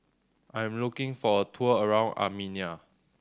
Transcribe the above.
I am looking for a tour around Armenia